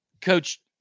coach